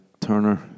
Turner